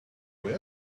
where